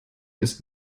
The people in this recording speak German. ist